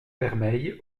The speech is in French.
vermeille